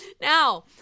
Now